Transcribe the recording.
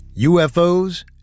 UFOs